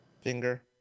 Finger